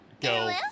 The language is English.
go